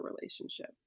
relationship